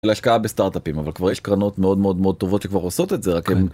להשקעה בסטארט-אפים, אבל כבר יש קרנות מאוד מאוד מאוד טובות שכבר עושות את זה, רק הם...